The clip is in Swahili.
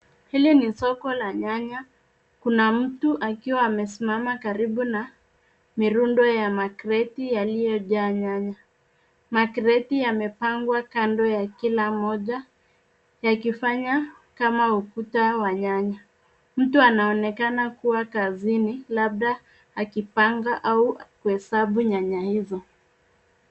Hili ni soko la nyanya, kuna mtu akiwa amesimama karibu na mirundo ya makreti yaliyojaa nyanya. Makreti yamepangwa kando ya kila mmoja yakifanya kama ukuta wa nyanya. Mtu anaonekana kuwa kazini labda akipanga au kuhesabu nyanya hizo.